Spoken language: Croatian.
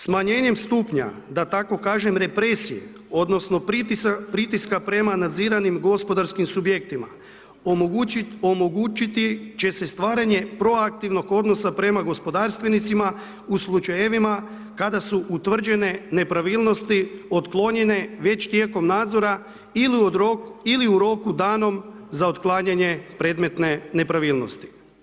Smanjenjem stupnja da tako kažem represije, odnosno pritiska prema nadziranim gospodarskim subjektima omogućiti će se stvaranje proaktivnog odnosa prema gospodarstvenicima u slučajevima kada su utvrđene nepravilnosti otklonjenje već tijekom nadzora ili u roku danom za otklanjanje predmetne nepravilnosti.